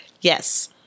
Yes